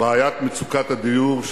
בעיית מצוקת הדיור,